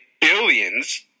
billions